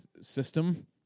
system